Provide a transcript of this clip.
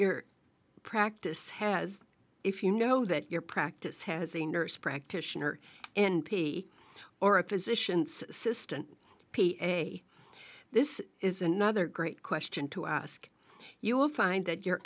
your practice has if you know that your practice has a nurse practitioner n p or a physician's assistant p a this is another great question to ask you will find that your